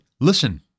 listen